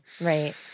right